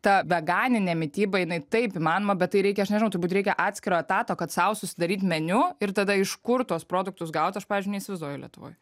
ta veganinė mityba jinai taip įmanoma bet tai reikia aš nežinau turbūt reikia atskiro etato kad sau susidaryt meniu ir tada iš kur tuos produktus gaut aš pavyzdžiui neįsivaizduoju lietuvoj